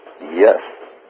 yes